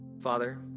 Father